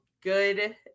good